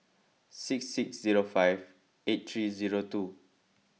six six zero five eight three zero two